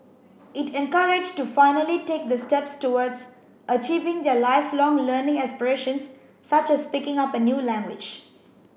it encouraged to finally take the step towards achieving their lifelong learning aspirations such as picking up a new language